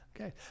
okay